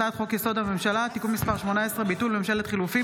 הצעת חוק-יסוד: הממשלה (תיקון מס' 18) (ביטול ממשלת חילופים),